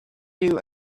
you